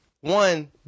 One